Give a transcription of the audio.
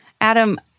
Adam